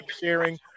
sharing